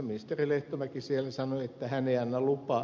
ministeri lehtomäki siellä sanoi että hän ei anna lupaa